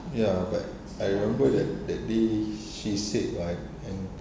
ya but I remember that that day she said what and